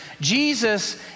Jesus